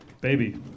Baby